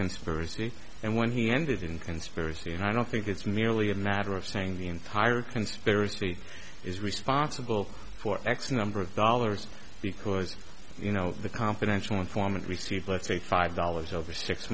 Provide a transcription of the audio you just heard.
subversive and when he ended in conspiracy and i don't think it's merely a matter of saying the entire conspiracy is responsible for x number of dollars because you know the confidential informant received let's say five dollars over six